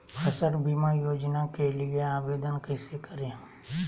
फसल बीमा योजना के लिए आवेदन कैसे करें?